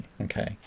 okay